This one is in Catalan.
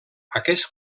aquest